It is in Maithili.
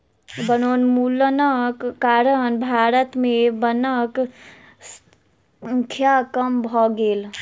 वनोन्मूलनक कारण भारत में वनक संख्या कम भ गेल अछि